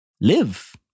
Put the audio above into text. live